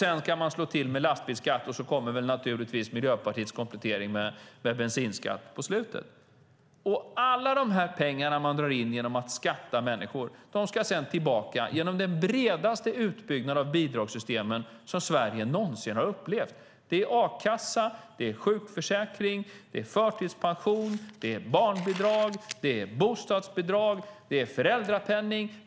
Sedan ska man slå till med en lastbilsskatt, och på slutet kommer naturligtvis Miljöpartiets komplettering med en bensinskatt. Alla de pengar man drar in genom att beskatta människor ska sedan tillbaka genom den bredaste utbyggnad av bidragssystemen som Sverige någonsin har upplevt: det är a-kassa, det är sjukförsäkring, det är förtidspension, det är barnbidrag, det är bostadsbidrag och det är föräldrapenning.